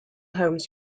homes